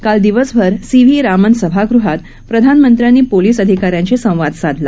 काल दिवसभर C V Raman सभागृहात प्रधानमंत्र्यांनी पोलीस अधिका याशी संवाद साधला